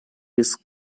his